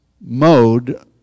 mode